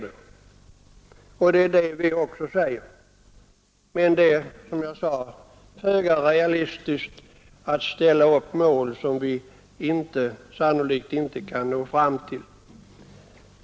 Det är också detta vi säger, men som jag påpekade är det föga realistiskt att ställa upp mål som vi sannolikt inte kan nå upp till.